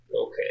okay